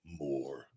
more